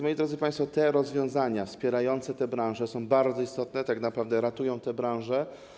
Moi drodzy państwo, rozwiązania wspierające te branże są bardzo istotne i tak naprawdę ratują te branże.